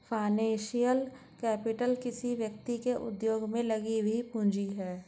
financial capital किसी व्यक्ति के उद्योग में लगी हुई पूंजी है